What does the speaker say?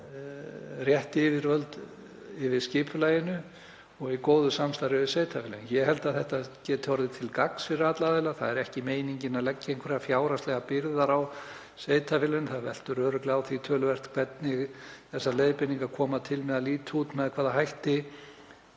rétt yfirvöld yfir skipulaginu og í góðu samstarfi við sveitarfélögin. Ég held að þetta geti orðið til gagns fyrir alla aðila, það er ekki meiningin að leggja fjárhagslegar byrðar á sveitarfélögin. Það veltur örugglega töluvert á því hvernig þessar leiðbeiningar koma til með að líta út með hvaða hætti